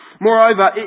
Moreover